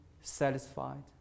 satisfied